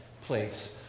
place